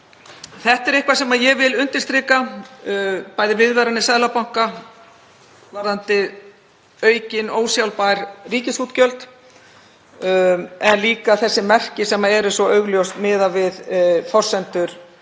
Þetta er eitthvað sem ég vil undirstrika, bæði viðvaranir Seðlabanka varðandi aukin ósjálfbær ríkisútgjöld og þessi merki sem eru svo augljós miðað við forsendur